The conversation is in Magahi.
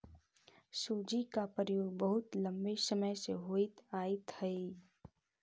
सूजी का प्रयोग बहुत लंबे समय से होइत आयित हई